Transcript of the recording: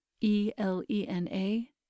E-L-E-N-A